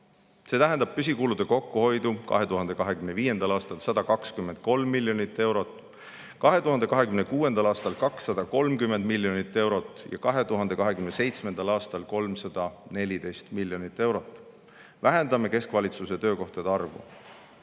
See tähendab püsikulude kokkuhoidu 2025. aastal 123 miljonit eurot, 2026. aastal 230 miljonit eurot ja 2027. aastal 314 miljonit eurot. Vähendame keskvalitsuse töökohtade arvu.